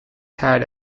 had